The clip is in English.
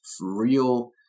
real